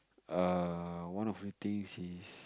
err one of the things is